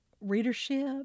readership